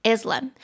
Islam